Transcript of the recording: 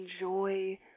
enjoy